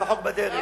גם החוק בדרך.